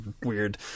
weird